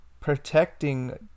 protecting